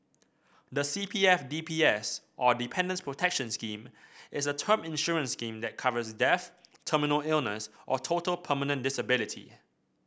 the C P F D P S or Dependants Protection Scheme is a term insurance scheme that covers death terminal illness or total permanent disability